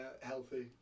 healthy